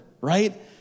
right